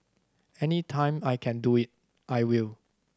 any time I can do it I will